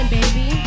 baby